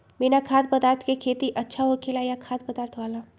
बिना खाद्य पदार्थ के खेती अच्छा होखेला या खाद्य पदार्थ वाला?